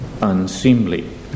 Unseemly